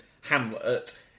Hamlet